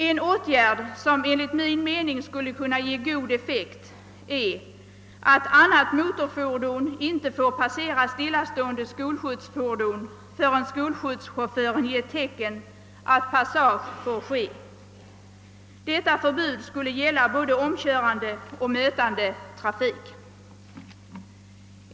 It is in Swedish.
En åtgärd som enligt min mening skulle kunna ge god effekt är att bestämma, att annat motorfordon inte får passera stillastående skolskjutsfordon, förrän skolskjutschauffören givit tecken att passage får ske. Ett sådant förbud skulle gälla både omkörande och mötande trafik.